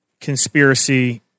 conspiracy